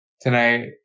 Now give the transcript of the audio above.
tonight